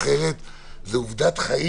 זה עובדת חיים.